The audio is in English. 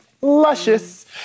luscious